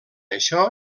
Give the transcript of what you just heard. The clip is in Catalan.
això